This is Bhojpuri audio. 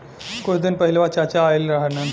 कुछ दिन पहिलवा चाचा आइल रहन